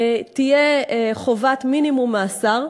ותהיה חובת מינימום מאסר.